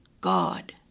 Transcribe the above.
god